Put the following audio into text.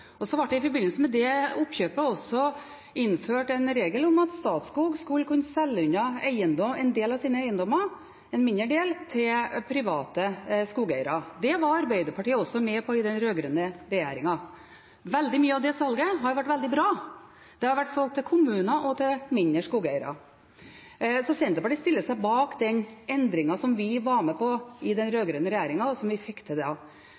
I forbindelse med det oppkjøpet ble det også innført en regel om at Statskog skulle kunne selge unna en del av sine eiendommer, en mindre del, til private skogeiere. Det var Arbeiderpartiet med på i den rød-grønne regjeringen. Veldig mye av det salget har vært veldig bra. Det har vært solgt til kommuner og til mindre skogeiere, så Senterpartiet stiller seg bak den endringen som vi var med på i den rød-grønne regjeringen, og som vi fikk til